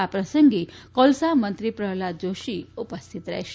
આ પ્રસંગે કોલસા મંત્રી પ્રહલાદ જોશી ઉપસ્થિત રહેશે